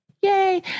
yay